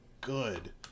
good